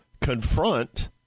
confront